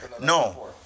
No